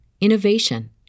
innovation